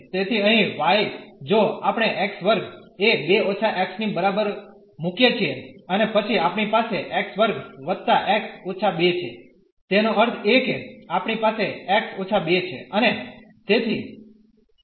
તેથી અહીં y જો આપણે x2 એ 2 − x ની બરાબર મુકીએ છીએ અને પછી આપણી પાસે x2 x−2 છે તેનો અર્થ એ કે આપણી પાસે x − 2 છે અને